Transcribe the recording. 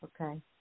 Okay